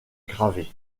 gravé